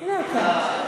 הנה אתה.